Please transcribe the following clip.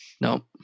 No